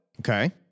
Okay